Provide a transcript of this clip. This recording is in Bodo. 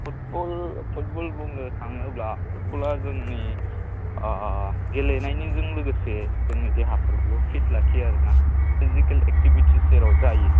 फुटबल फुटबल बुंनो थाङोब्ला फुटबला जोंनि गेलेनायजों लोगोसे जोंनि देहाफोरखौबो फिट लाखियो आरो ना फिजिकेल एकटिभिटिस जेराव जायो